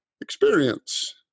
experience